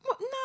No